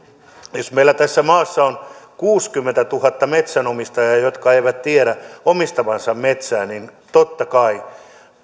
jos meillä tässä maassa on kuusikymmentätuhatta metsänomistajaa jotka eivät tiedä omistavansa metsää niin totta kai